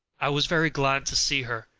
i was very glad to see her,